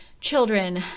children